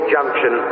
Junction